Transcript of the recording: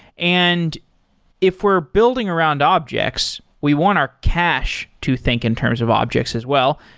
and if we're building around objects, we want our cache to think in terms of objects as well.